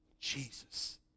Jesus